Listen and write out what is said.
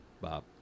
Bob